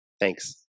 Thanks